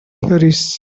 flourish